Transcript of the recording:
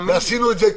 ועשינו את זה,